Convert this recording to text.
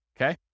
okay